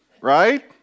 right